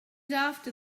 after